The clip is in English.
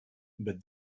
but